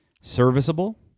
serviceable